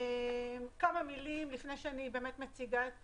כמה מילים לפני שאני מציגה את